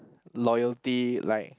loyalty like